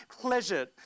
pleasure